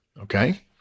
okay